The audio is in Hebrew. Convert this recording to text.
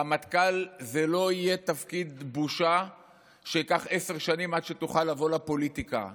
רמטכ"ל זה לא יהיה תפקיד בושה שייקח עשר שנים עד שתוכל לבוא לפוליטיקה,